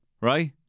right